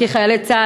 שחיילי צה"ל,